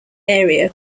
area